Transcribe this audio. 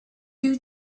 you